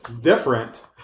different